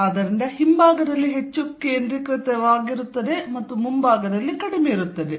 ಆದ್ದರಿಂದ ಹಿಂಭಾಗದಲ್ಲಿ ಹೆಚ್ಚು ಕೇಂದ್ರೀಕೃತವಾಗಿರುತ್ತದೆ ಮತ್ತು ಮುಂಭಾಗದಲ್ಲಿ ಕಡಿಮೆ ಇರುತ್ತದೆ